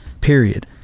period